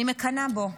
אני מקנאה בו,